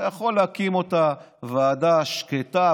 אתה יכול להקים אותה ועדה שקטה,